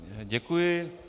Děkuji.